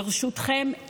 ברשותכם,